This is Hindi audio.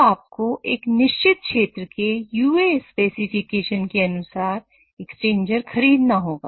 अब आपको इस निश्चित क्षेत्र एवं UA स्पेसिफिकेशन के अनुसार एक्सचेंजर खरीदना होगा